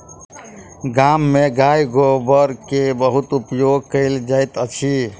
गाम में गाय गोबर के बहुत उपयोग कयल जाइत अछि